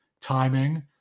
timing